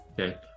Okay